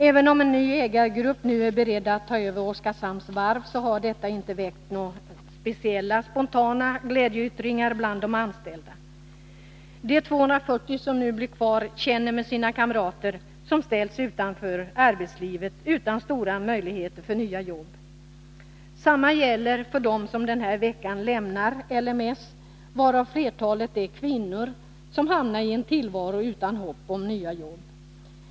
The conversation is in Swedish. Även om en ny ägargrupp är beredd att ta över Oskarshamns varv, har detta inte väckt några speciellt spontana glädjeyttringar bland de anställda. De 240 personer som blir kvar känner med sina kamrater som ställts utanför arbetslivet, utan stora möjligheter att få nya jobb. Detsamma gäller för dem som den här veckan lämnar L M E. Flertalet av dessa är kvinnor som hamnari en tillvaro utan hopp om nya jobb.